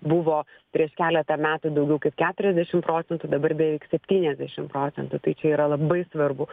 buvo prieš keletą metų daugiau kaip keturiasdešim procentų dabar beveik septyniasdešim procentų tai čia yra labai svarbu